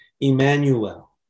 Emmanuel